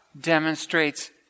demonstrates